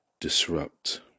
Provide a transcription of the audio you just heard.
disrupt